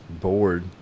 bored